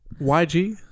YG